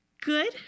good